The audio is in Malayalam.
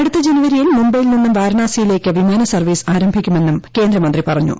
അടുത്ത ജനുവരിയിൽ മുംബൈയിൽ നിന്നും വാരാണസിയിലേക്ക് വിമാന സർവ്വീസ് ആരംഭിക്കുമെന്നും കേന്ദ്രമ ന്ത്രി പറഞ്ഞു